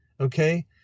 Okay